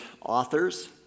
authors